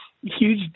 huge